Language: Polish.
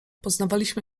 poznawaliśmy